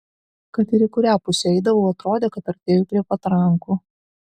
kad ir į kurią pusę eidavau atrodė kad artėju prie patrankų